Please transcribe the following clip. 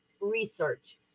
research